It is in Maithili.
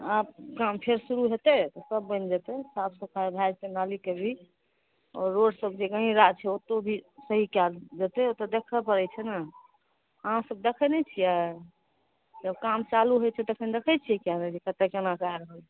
आब काम फेर शुरू हेतै तऽ सभ बनि जेतै साफ सफाइ भए जाइत छै नालीके भी रोडसभ जे गहीँरा छै ओतहु भी सही कए देतै ओतय देखय पड़ै छै ने अहाँसभ देखै नहि छियै जब काम चालू होइ छै तखन देखै छियै किएक नहि जे कतय केना कए रहल छै